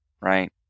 Right